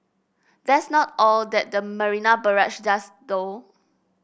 that's not all that the Marina Barrage does though